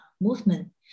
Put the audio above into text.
movement